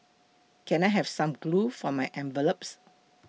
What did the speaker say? can I have some glue for my envelopes